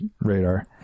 radar